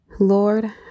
lord